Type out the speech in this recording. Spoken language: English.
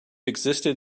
existed